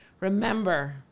Remember